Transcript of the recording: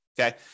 Okay